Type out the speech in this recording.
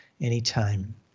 anytime